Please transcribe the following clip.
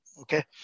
okay